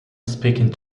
speaking